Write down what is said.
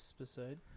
Episode